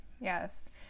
Yes